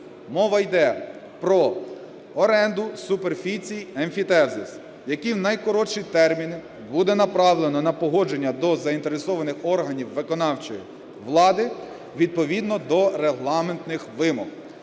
(мова йде про оренду, суперфіцій, емфітевзис), який в найкоротші терміни буде направлено на погодження до заінтересованих органів виконавчої влади відповідно до регламентних вимог.